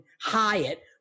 Hyatt